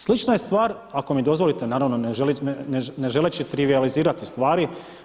Slična je stvar, ako mi dozvolite naravno, ne želeći trivijalizirati stvari.